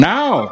Now